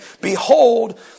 Behold